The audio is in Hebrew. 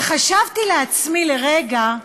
וחשבתי לעצמי לרגע,